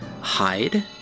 hide